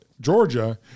Georgia